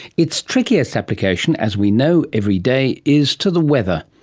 its trickiest application, as we know, every day is to the weather.